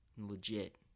Legit